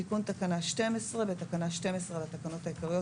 תיקון תקנה 12 6. בתקנה 12 לתקנות העיקריות